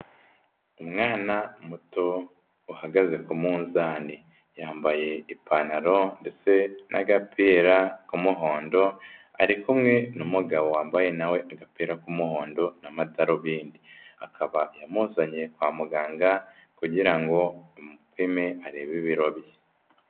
Umwana muto uhagaze ku munzani, yambaye ipantaro ndetse n'agapira k'umuhondo ari kumwe n'umugabo wambaye nawe agapira k'umuhondo n'amadarubindi, akaba yamuzanye kwa muganga kugira ngo amupime arebe ibiro bye.